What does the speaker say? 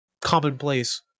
commonplace